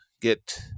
get